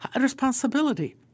responsibility